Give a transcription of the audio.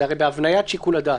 והרי זה בהבניית שיקול הדעת,